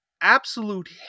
absolute